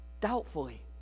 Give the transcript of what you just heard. doubtfully